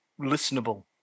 listenable